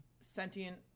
sentient